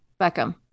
beckham